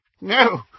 No